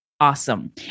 Awesome